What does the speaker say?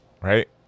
right